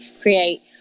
create